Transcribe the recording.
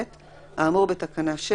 האמור בתקנה 6